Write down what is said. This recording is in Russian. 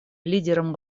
лидерам